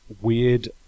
weird